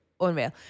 Unreal